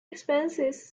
expenses